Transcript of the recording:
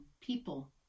people